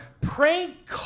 Prank